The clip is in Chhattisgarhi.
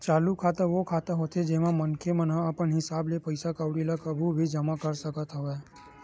चालू खाता ओ खाता होथे जेमा मनखे मन ह अपन हिसाब ले पइसा कउड़ी ल कभू भी जमा कर सकत हवय